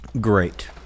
great